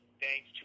thanks